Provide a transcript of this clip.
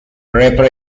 reaper